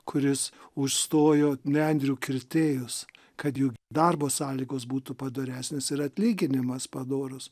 kuris užstojo nendrių kirtėjus kad jų darbo sąlygos būtų padoresnės ir atlyginimas padorus